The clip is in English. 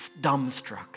dumbstruck